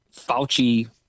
Fauci